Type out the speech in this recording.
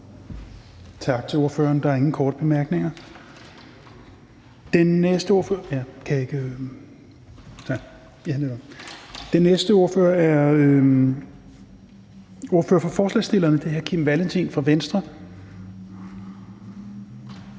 Tak til ordføreren. Der er ingen korte bemærkninger. Den næste ordfører er ordføreren for forslagsstillerne, og det er hr. Kim Valentin fra Venstre.